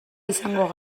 izango